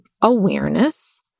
awareness